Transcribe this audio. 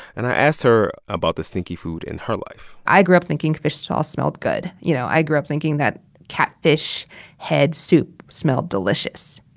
and i asked her about the stinky food in her life i grew up thinking fish sauce smelled good. you know, i grew up thinking that catfish head soup smelled delicious,